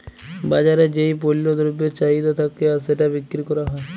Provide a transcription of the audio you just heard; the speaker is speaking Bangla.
বাজারে যেই পল্য দ্রব্যের চাহিদা থাক্যে আর সেটা বিক্রি ক্যরা হ্যয়